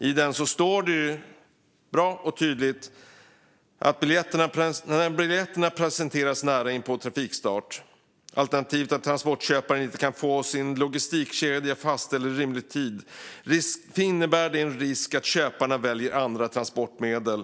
I den står det tydligt att när biljetterna presenteras tätt inpå trafikstart, alternativt att transportköparen inte kan få sin logistikkedja fastställd i rimlig tid, innebär det en risk för att köparna väljer andra transportmedel.